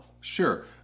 Sure